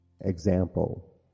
example